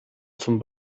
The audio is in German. zum